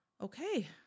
okay